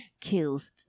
kills